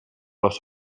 los